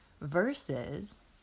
versus